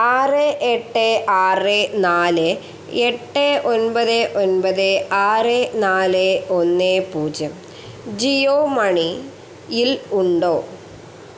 ആറ് എട്ട് ആറ് നാല് എട്ട് ഒമ്പത് ഒമ്പത് ആറ് നാല് ഒന്ന് പൂജ്യം ജിയോ മണിയിൽ ഉണ്ടോ